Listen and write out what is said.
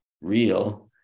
real